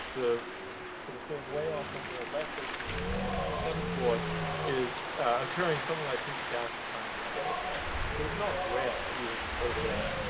the sort of same way off on the left over here, is d minus seven chord is occurring something like fifty thousand times in our data set. so, it's not rare, even over there.